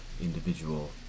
individual